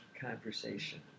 conversation